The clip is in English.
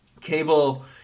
Cable